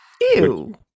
ew